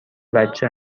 بچه